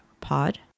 pod